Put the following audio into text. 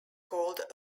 called